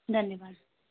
धन्यवाद